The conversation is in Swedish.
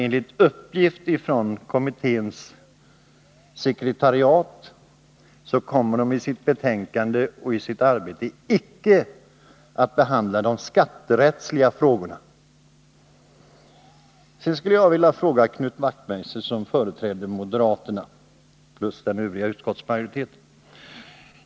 Enligt uppgift från kommitténs sekretariat har dock kommittén icke för avsikt att i sitt arbete eller i sitt betänkande behandla de skatterättsliga aspekterna. Jag vill ställa en fråga till Knut Wachtmeister, som företräder moderaterna och den övriga utskottsmajoriteten.